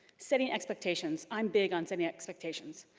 setting expectations. i'm big on setting expectations,